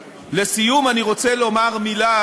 לסיום, אני רוצה לומר מילה